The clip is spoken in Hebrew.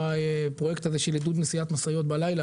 הפרויקט של עידוד נסיעת משאיות בלילה,